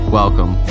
welcome